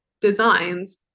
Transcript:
designs